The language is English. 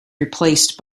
replaced